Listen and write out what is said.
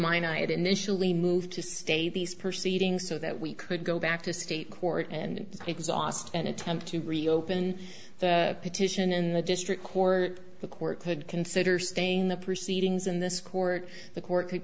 mind i had initially moved to state these perceiving so that we could go back to state court and exhaust and attempt to reopen the petition in the district court the court could consider staying the proceedings in this court the court could